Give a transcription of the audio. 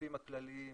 השותפים הכלליים